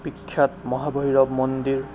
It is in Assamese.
বিখ্যাত মহাভৈৰৱ মন্দিৰ